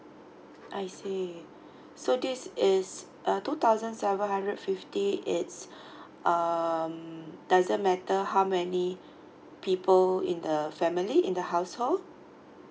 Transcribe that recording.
I see so this is uh two thousand seven hundred fifty is um doesn't matter how many people in the family in the household